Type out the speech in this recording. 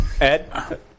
Ed